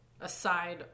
aside